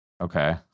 Okay